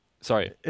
sorry